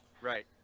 Right